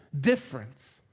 difference